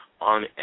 on